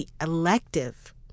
elective